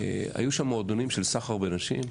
היו שם מועדונים של סחר בנשים.